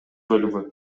бөлүгү